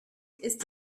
ist